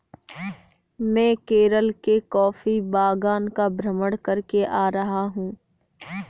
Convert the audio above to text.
मैं केरल के कॉफी बागान का भ्रमण करके आ रहा हूं